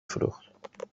فروخت